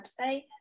website